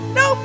no